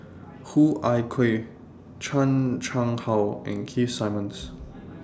Hoo Ah Kay Chan Chang How and Keith Simmons